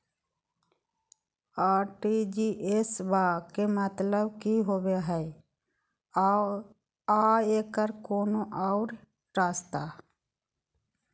RTGS बा के मतलब कि होबे हय आ एकर कोनो और रस्ता?